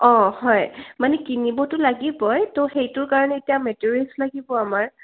অঁ হয় মানে কিনিবতো লাগিবই তো সেইটোৰ কাৰণে এতিয়া মেটেৰিয়েলছ লাগিব আমাৰ